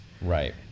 right